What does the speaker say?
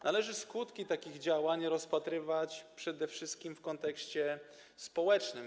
Należy skutki takich działań rozpatrywać przede wszystkim w kontekście społecznym.